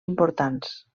importants